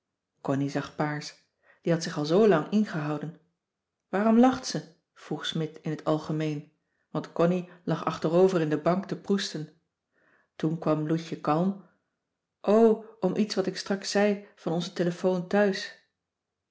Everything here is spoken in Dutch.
zag paars die had zich al zoo lang ingehouden waarom lacht ze vroeg smidt in t algemeen want connie lag achterover in de bank te proesten toen kwam loutje kalm o om iets wat ik straks zei van onze telefoon thuis